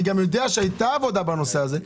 אני יודע שהייתה עבודה בנושא הזה,